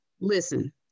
listen